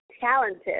talented